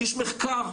איש מחקר,